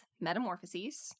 Metamorphoses